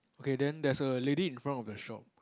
okay then there's a lady in front of the shop